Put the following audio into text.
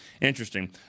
interesting